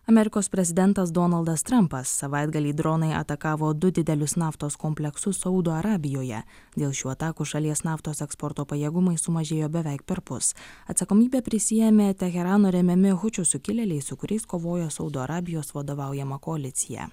amerikos prezidentas donaldas trampas savaitgalį dronai atakavo du didelius naftos kompleksus saudo arabijoje dėl šių atakų šalies naftos eksporto pajėgumai sumažėjo beveik perpus atsakomybę prisiėmė teherano remiami hučių sukilėliai su kuriais kovojo saudo arabijos vadovaujama koalicija